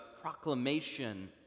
proclamation